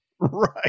Right